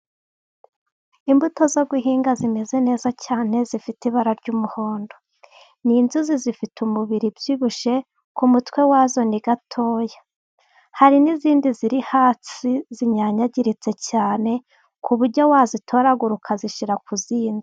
Imbuto zo guhinga zimeze neza cyane zifite ibara ry'umuhondo ni inzuzi zifite umubiri ubyibushye, ku mutwe wazo ni gatoya hari n'izindi ziri hasi zinyanyagiritse cyane ku buryo wazitoragura ukazishyira ku zindi.